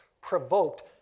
provoked